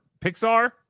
Pixar